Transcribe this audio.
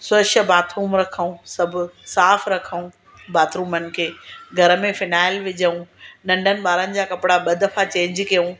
स्वच्छ बाथरूम रखूं सभु साफ़ रखूं बाथरूमनि खे घर में फिनायल विझूं नंढनि ॿारनि जा कपिड़ा ॿ दफ़ा चेंज कयूं